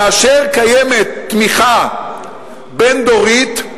כאשר קיימת תמיכה בין-דורית,